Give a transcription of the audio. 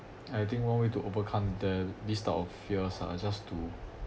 I think one way to overcome the this type of fears are just to